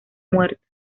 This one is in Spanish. muerto